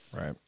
Right